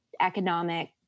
economic